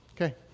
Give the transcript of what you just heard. Okay